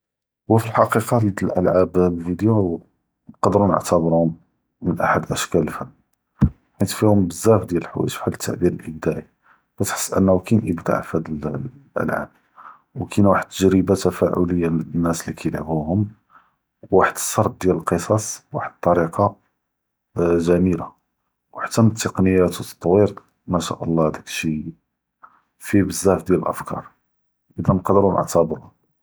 הוא פאלחקיקה מיתל אלעאב אלוידיאו נקדרו נעתאברו מהן אחד אשכאל אלפני חית פיהום בזאף דיאל אלחואיג’ בחאל אלתעביר אלאעב’ד’אע’י, כאתחס אנهو כאין אע’ד’אע’ פהאד אלעאב ו כאינה וחד אלתג’ריבה תפעוליה לאנאס אללי כאילעבוהם, וחד אלסרד דיאל אלקסס בחד אלטריקה זוינה, ו חתה אלתכניקות ו אלתתויר מאשאאללה, דאק אלשי פיה בזאף דיאל אלאפקאר.